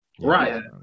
Right